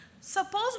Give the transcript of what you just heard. Suppose